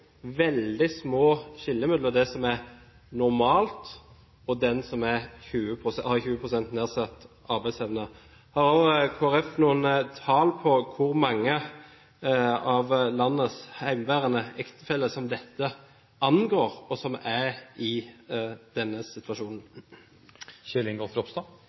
veldig små skiller mellom det normale og 20 pst. nedsatt arbeidsevne. Har Kristelig Folkeparti noen tall på hvor mange av landets hjemmeværende ektefeller som er i denne situasjonen,